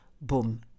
boom